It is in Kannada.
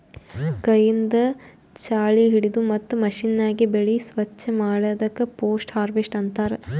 ಕೈಯಿಂದ್ ಛಾಳಿ ಹಿಡದು ಮತ್ತ್ ಮಷೀನ್ಯಾಗ ಬೆಳಿ ಸ್ವಚ್ ಮಾಡದಕ್ ಪೋಸ್ಟ್ ಹಾರ್ವೆಸ್ಟ್ ಅಂತಾರ್